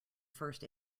first